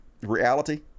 reality